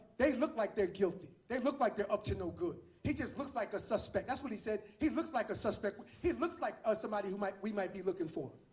they look like they're guilty. they look like they're up to no good. he just looks like a suspect. that's what he said. he looks like a suspect. he looks like ah somebody who we might be looking for.